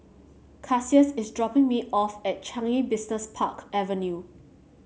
Cassius is dropping me off at Changi Business Park Avenue